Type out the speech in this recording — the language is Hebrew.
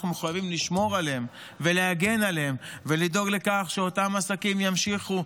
אנחנו מחויבים לשמור עליהם ולהגן עליהם ולדאוג לכך שאותם עסקים ימשיכו,